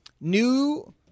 New